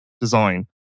design